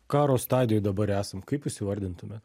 karo stadijoj dabar esam kaip jūs įvardintumėt